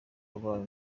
wabaye